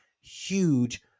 huge